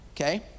okay